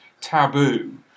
taboo